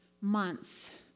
months